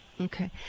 Okay